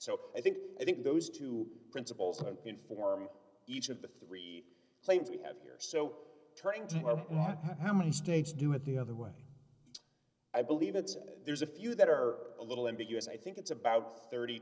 so i think i think those two principles inform each of the three claims we have here so turning to how many states do it the other way i believe there's a few that are a little ambiguous i think it's about thirty